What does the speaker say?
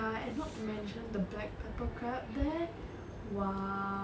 ya and not to mention the black pepper crab there !wow!